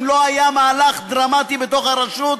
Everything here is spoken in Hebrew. לא היה מהלך דרמטי בתוך הרשות,